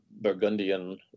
Burgundian